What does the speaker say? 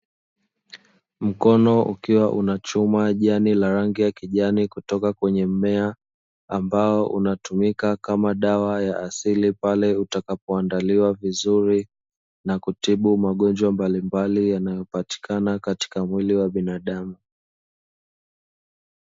Mkono ukiwa unachuma jani la rangi ya kijani kutoka kwenye mmea, ambao unatumika kama dawa ya asili pale utakapo andaliwa vizuri, na kutibu magonjwa mbalimbali yanayo patikana katika mwili wa binadamu.